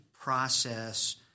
process